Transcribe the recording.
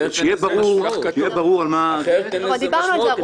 שיהיה ברור על מה --- כבר דיברנו על זה ארוכות.